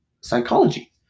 psychology